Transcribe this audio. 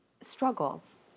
struggles